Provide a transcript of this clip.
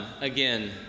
again